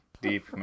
Deep